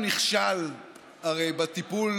הצעת חוק הביטוח הלאומי (תיקון,